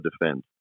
defend